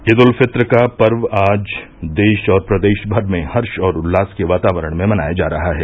ईद उल फित्र का पर्व आज देश और प्रदेश भर में हर्ष और उल्लास के वातावरण में मनाया जा रहा है